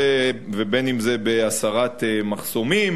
ואם בהסרת מחסומים